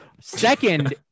Second